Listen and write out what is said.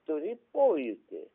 turi pojūtį